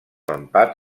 empat